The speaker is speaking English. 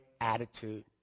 attitude